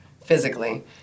physically